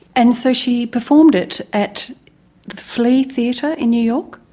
and so she performed it at the flea theatre in new york?